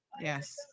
Yes